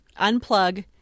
Unplug